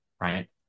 right